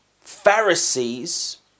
Pharisees